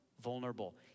vulnerable